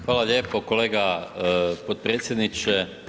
Hvala lijepo kolega potpredsjedniče.